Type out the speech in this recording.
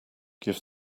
give